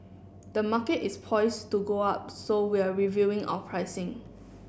the market is poise to go up so we're reviewing our pricing